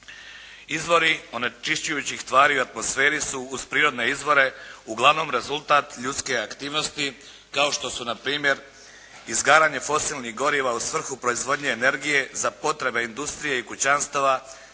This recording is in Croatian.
Izvori onečišćujućih tvari u atmosferi su, uz prirodne izvore, uglavnom rezultat ljudske aktivnosti kao što su npr. izgaranje fosilnih goriva u svrhu proizvodnje energije za potrebe industrije i kućanstava,